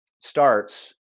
starts